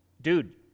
dude